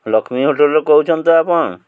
ଲକ୍ଷ୍ମୀ ହୋଟେଲ୍ରୁ କହୁଛନ୍ତି ତ ଆପଣ